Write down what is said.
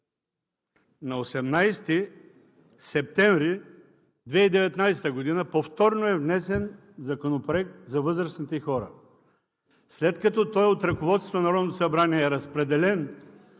На 18 септември 2019 г. повторно е внесен Законопроект за възрастните хора. След като той от ръководството на Народното събрание е разпределен